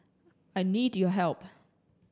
I need your help